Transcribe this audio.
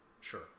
Sure